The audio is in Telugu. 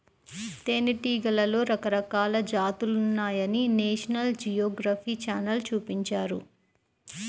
తేనెటీగలలో రకరకాల జాతులున్నాయని నేషనల్ జియోగ్రఫీ ఛానల్ చూపించారు